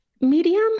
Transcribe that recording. medium